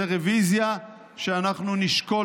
זו רוויזיה שאנחנו נשקול.